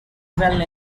well